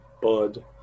Bud